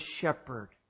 Shepherd